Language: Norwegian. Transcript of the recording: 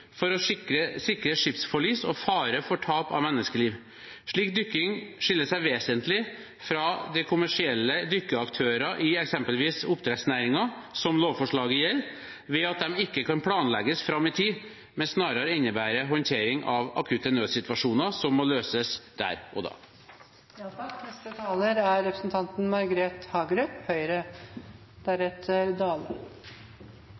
for å sikre skipsforlis, og fare for tap av menneskeliv. Slik dykking skiller seg vesentlig fra kommersielle dykkeaktører i eksempelvis oppdrettsnæringen, som lovforslaget gjelder, ved at det ikke kan planlegges fram i tid, men snarere innebærer håndtering av akutte nødsituasjoner som må løses der og da.